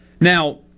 Now